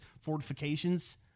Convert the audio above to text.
fortifications